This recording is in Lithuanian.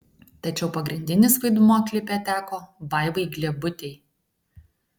tačiau pagrindinis vaidmuo klipe teko vaivai gliebutei